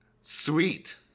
Sweet